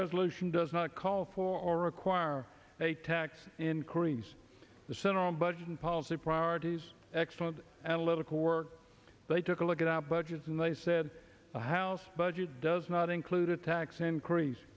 resolution does not call for or require a tax increase the center on budget and policy priorities excellent analytical work they took a look at our budgets and they said the house budget does not include a tax increase